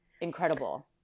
incredible